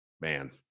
man